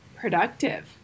productive